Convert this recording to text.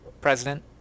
president